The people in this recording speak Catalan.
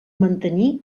mantenir